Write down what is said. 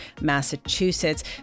Massachusetts